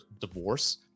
divorce